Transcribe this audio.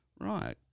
Right